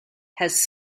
has